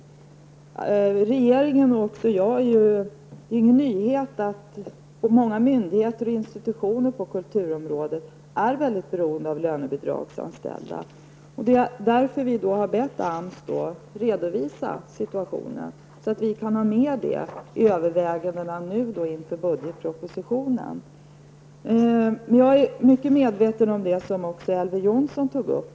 För regeringen och för mig är det ingen nyhet att många myndigheter och institutioner på kulturområdet är mycket beroende av lönebidragsanställda. Det är därför som vi har bett AMS att redovisa situationen så att vi kan ha med den redovisningen i övervägandena inför budgetpropositionen. Jag är mycket medveten om det som också Elver Jonsson tog upp.